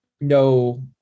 no